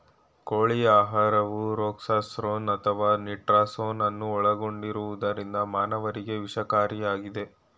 ಕೋಳಿ ಆಹಾರವು ರೊಕ್ಸಾರ್ಸೋನ್ ಅಥವಾ ನಿಟಾರ್ಸೋನ್ ಅನ್ನು ಒಳಗೊಂಡಿರುವುದರಿಂದ ಮಾನವರಿಗೆ ವಿಷಕಾರಿಯಾಗಿದೆ